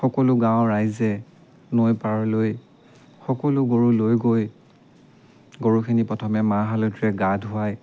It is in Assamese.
সকলো গাঁৱৰ ৰাইজে নৈ পাৰলৈ সকলো গৰু লৈ গৈ গৰুখিনি প্ৰথমে মাহ হালধিৰে গা ধুৱাই